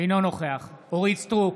אינו נוכח אורית מלכה סטרוק,